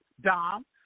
Dom